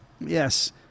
Yes